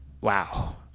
wow